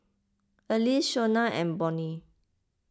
Alease Shonna and Bonny